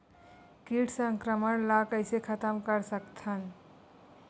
कीट संक्रमण ला कइसे खतम कर सकथन?